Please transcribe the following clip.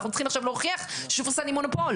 אנחנו צריכים עכשיו להוכיח ששופרסל היא מונופול.